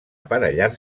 aparellar